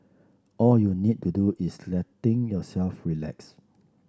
all you need to do is letting yourself relax